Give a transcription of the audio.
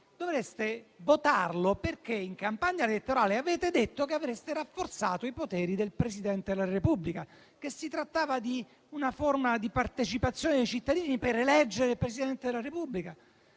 Dovreste votarlo perché in campagna elettorale avete detto che avreste rafforzato i poteri del Presidente della Repubblica; che si trattava di una forma di partecipazione dei cittadini per eleggere il Presidente della Repubblica.